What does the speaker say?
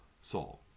Saul